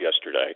yesterday